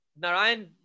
Narayan